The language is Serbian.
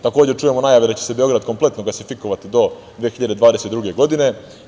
Takođe, čujemo najave da će se Beograd kompletno gasifikovati do 2022. godine.